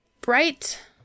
bright